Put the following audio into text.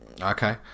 Okay